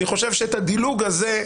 אני חושב שאת הדילוג הזה,